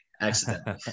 accidentally